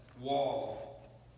wall